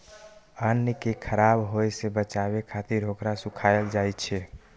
अन्न कें खराब होय सं बचाबै खातिर ओकरा सुखायल जाइ छै